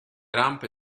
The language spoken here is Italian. rampe